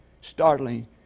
startling